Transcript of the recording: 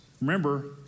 Remember